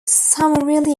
summarily